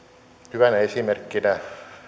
hyvänä esimerkkinä